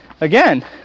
again